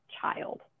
child